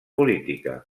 política